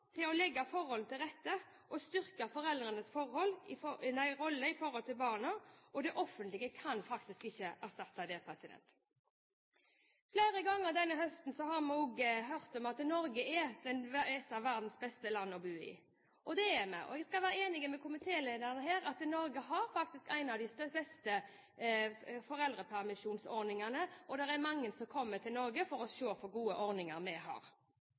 til oss politikere å legge forholdene til rette og styrke foreldrenes rolle overfor barna. Det offentlige kan faktisk ikke erstatte det. Flere ganger denne høsten har vi også hørt at Norge er et av verdens beste land å bo i, og det er det. Og jeg skal være enig med komitélederen i at Norge faktisk har en av de beste foreldrepermisjonsordningene, og at det er mange som kommer til Norge for å se hvor gode ordninger vi har.